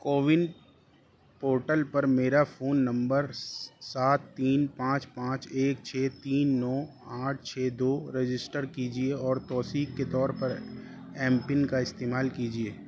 CoWIN portal پر میرا فون نمبر سات تین پانچ پانچ ایک چھ تین نو آٹھ چھ دو رجسٹر کیجیے اور توثیق کے طور پر ایم پن کا استعمال کیجیے